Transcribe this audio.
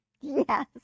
Yes